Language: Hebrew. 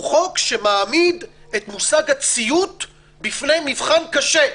הוא חוק שמעמיד את מושג הציות בפני מבחן קשה.